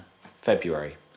February